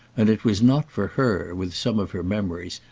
and it was not for her, with some of her memories,